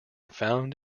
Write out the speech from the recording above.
found